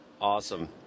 Awesome